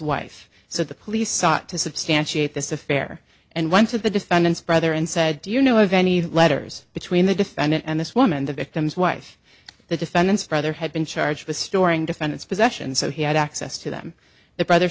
wife so the police sought to substantiate this affair and went to the defendant's brother and said do you know of any letters between the defendant and this woman the victim's wife the defendant's brother had been charged with storing defend its possession so he had access to them the brother